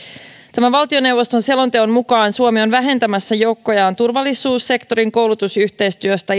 tämän valtioneuvoston selonteon mukaan suomi on vähentämässä joukkojaan turvallisuussektorin koulutusyhteistyöstä